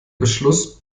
beschluss